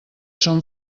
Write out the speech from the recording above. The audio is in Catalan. són